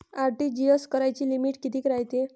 RTGS कराची limit कितीक रायते?